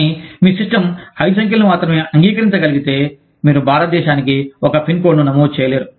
కానీ మీ సిస్టమ్ ఐదు సంఖ్యలను మాత్రమే అంగీకరించగలిగితే మీరు భారతదేశానికి ఒక పిన్ కోడ్ను నమోదు చేయలేరు